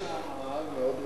יש שם מאהל מאוד רציני,